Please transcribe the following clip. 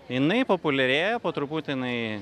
jinai populiarėja po truputį jinai